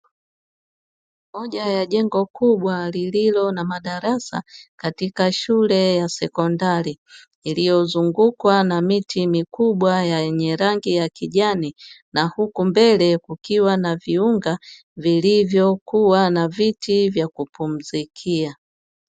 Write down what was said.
Moja ya jengo kubwa lililo na madarasa katika shule ya sekondari, iliyozungukwa na miti mikubwa ya yenye rangi ya kijani na huko mbele kukiwa na viunga vilivyokuwa na viti vya kupumzikia.